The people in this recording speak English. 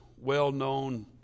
well-known